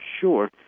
sure